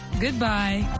Goodbye